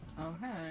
Okay